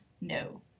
no